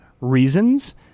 reasons